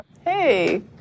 Hey